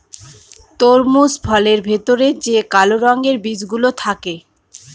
তরমুজ ফলের ভেতরে যে কালো রঙের বিচি গুলো থাকে